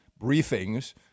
briefings